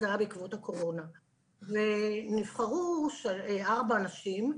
זה היה בעקבות הקורונה ונבחרו ארבע נשים,